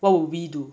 what would we do